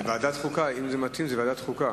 אם זה מתאים, אז לוועדת החוקה,